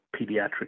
pediatric